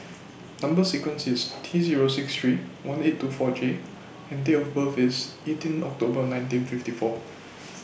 Number sequence IS T Zero six three one eight two four J and Date of birth IS eighteen October nineteen fifty four